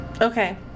okay